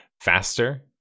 faster